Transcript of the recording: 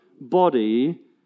body